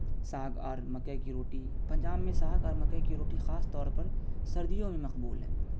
ساگ اور مکئی کی روٹی پنجاب میں ساگ اور مکئی کی روٹی خاص طور پر سردیوں میں مقبول ہے